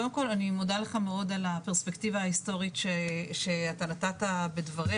קודם כל אני מודה לך מאוד על הפרספקטיבה ההיסטורית שאתה נתת בדבריך,